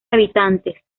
habitantes